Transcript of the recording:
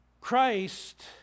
Christ